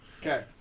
Okay